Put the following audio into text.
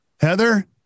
Heather